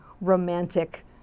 romantic